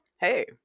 hey